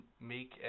make